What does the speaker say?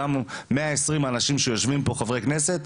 גם 120 האנשים שיושבים פה כחברי כנסת,